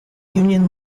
union